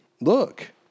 look